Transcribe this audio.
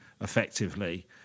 effectively